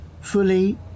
fully